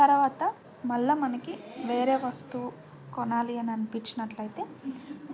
తర్వాత మళ్ళీ మనకి వేరే వస్తువు కొనాలి అని అనిపించినట్లయితే